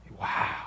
Wow